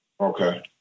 okay